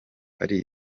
ari